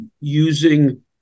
using